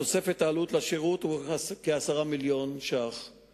תוספת העלות לשירות היא כ-10 מיליוני שקלים